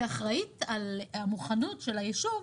כאחראית על המוכנות של היישוב,